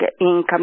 income